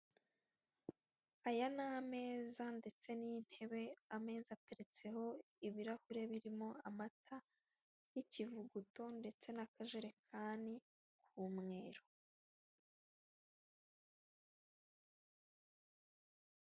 Aya ni ameza ndetse n'intebe, ameza ateretseho ibirahure, birimo amata y'ikivuguto ndetse n'akajerekani k'umweru.